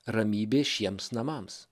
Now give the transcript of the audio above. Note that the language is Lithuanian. ramybė šiems namams